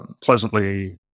pleasantly